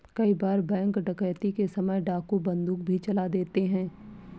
कई बार बैंक डकैती के समय डाकू बंदूक भी चला देते हैं